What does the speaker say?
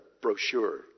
brochure